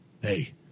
Hey